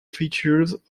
features